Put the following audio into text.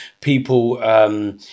people